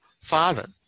father